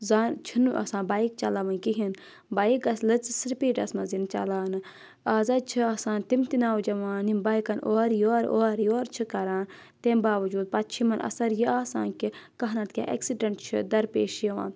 زَن چھُنہٕ آسان بایِک چَلاوٕنۍ کِہیٖنۍ بایِک گژھِ لٔژٕ سِپیٖڈَس منٛز یِن چَلاونہٕ آزحظ چھِ آسان تِم تہِ نوجوان یِم بایکَن اورٕ یورٕ اورٕ یورٕ چھِ کَران تمہِ باوجوٗد پَتہٕ چھِ یِمَن اَثَر یہِ آسان کہِ کانٛہہ نہ کینٛہہ ایٚکسِڈؠنٛٹ چھِ دَرپیش یِوان